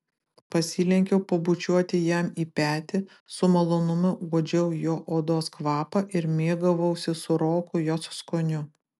pasilenkiau pabučiuoti jam į petį su malonumu uodžiau jo odos kvapą ir mėgavausi sūroku jos skoniu